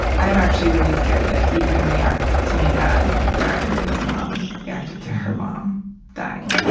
i'm actually really scared that he's going to react to my dad dying the way my mom reacted to her mom dying.